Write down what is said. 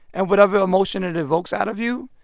and whatever emotion it evokes out of you,